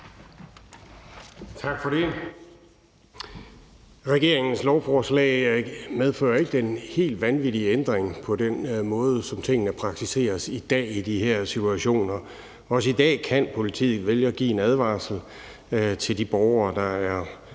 Regeringens lovforslag medfører ikke den helt vanvittige ændring i den måde, som tingene praktiseres på i dag i de her situationer. Også i dag kan politiet vælge at give en advarsel til de borgere, der er